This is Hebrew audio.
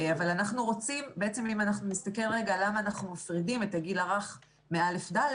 בעצם אם אנחנו מסתכלים רגע למה אנחנו מפרידים את הגיל הרך מכיתות א'-ד',